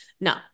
No